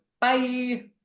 Bye